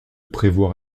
prévoir